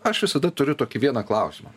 aš visada turiu tokį vieną klausimą